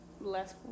less